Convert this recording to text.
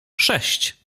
sześć